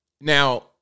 Now